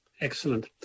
Excellent